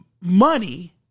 money